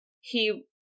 he-